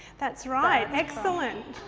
that's right. excellent.